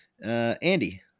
Andy